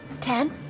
ten